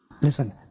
listen